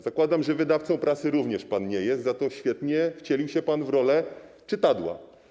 Zakładam, że wydawcą prasy również pan nie jest, za to świetnie wcielił się pan w rolę czytadła.